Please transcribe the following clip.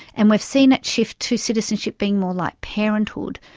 and we've seen that shift to citizenship being more like parenthood,